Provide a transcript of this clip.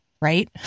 right